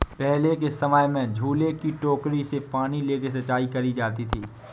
पहले के समय में झूले की टोकरी से पानी लेके सिंचाई करी जाती थी